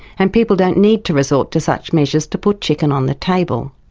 and people don't need to resort to such measures to put chicken on the table.